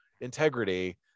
integrity